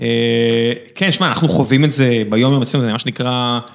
כן, שמע, אנחנו חווים את זה ביומיום בעצם, זה נראה מה שנקרא...